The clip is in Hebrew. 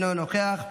אינו נוכח,